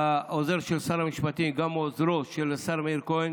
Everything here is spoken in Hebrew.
העוזר של שר המשפטים וגם עם עוזרו של השר מאיר כהן